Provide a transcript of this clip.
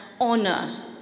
honor